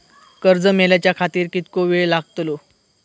कर्ज मेलाच्या खातिर कीतको वेळ लागतलो?